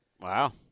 Wow